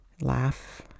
laugh